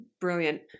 Brilliant